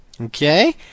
Okay